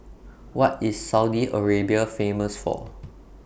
What IS Saudi Arabia Famous For